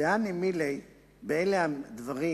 באלה הדברים